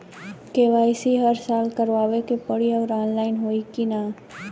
KYC हर साल करवावे के पड़ी और ऑनलाइन होई की ना?